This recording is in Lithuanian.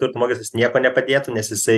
turto mokestis nieko nepadėtų nes jisai